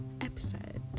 Episode